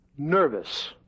nervous